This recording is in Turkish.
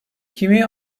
kimi